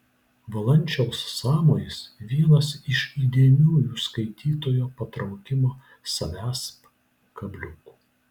valančiaus sąmojis vienas iš įdėmiųjų skaitytojo patraukimo savęsp kabliukų